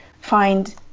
find